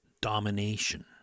domination